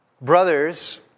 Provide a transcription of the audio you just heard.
Brothers